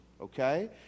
okay